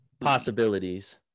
possibilities